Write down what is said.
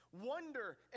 wonder